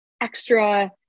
extra